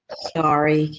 sorry,